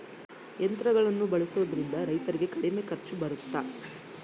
ಯಂತ್ರಗಳನ್ನ ಬಳಸೊದ್ರಿಂದ ರೈತರಿಗೆ ಕಡಿಮೆ ಖರ್ಚು ಬರುತ್ತಾ?